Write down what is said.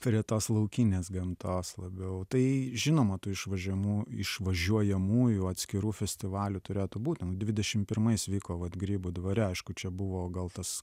prie tos laukinės gamtos labiau tai žinoma tų išvažiuojamų išvažiuojamųjų atskirų festivalių turėtų būt ten dvidešimt pirmais vyko vat grybų dvare aišku čia buvo gal tas